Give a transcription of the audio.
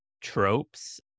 tropes